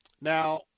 Now